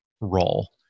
role